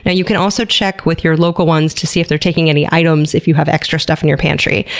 yeah you can also check with your local ones to see if they're taking any items if you have extra stuff in your pantry.